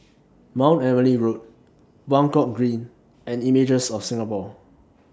Mount Emily Road Buangkok Green and Images of Singapore